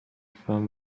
fan